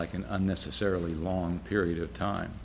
like an unnecessarily long period of time